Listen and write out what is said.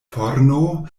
forno